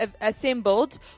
Assembled